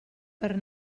per